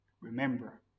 Remember